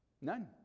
None